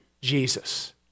Jesus